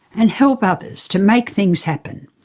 and help others, to make things happen.